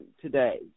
today